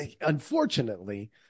unfortunately